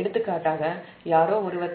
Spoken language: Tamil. எடுத்துக்காட்டாக யாரோ ஒருவர்